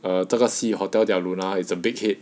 err 这个戏 hotel del luna is a big hit